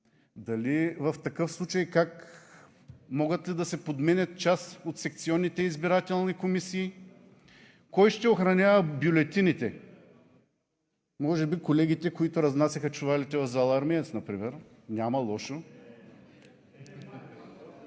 дали в такъв случай могат да се подменят част от секционните избирателни комисии? Кой ще охранява бюлетините? Може би колегите, които разнасяха чувалите в зала „Армеец“ например? Няма лошо.